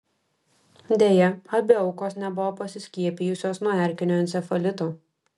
deja abi aukos nebuvo pasiskiepijusios nuo erkinio encefalito